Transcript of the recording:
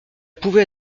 pouvait